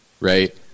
right